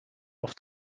off